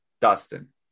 Dustin